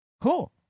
cool